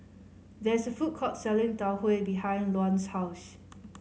there is a food court selling Tau Huay behind Luann's house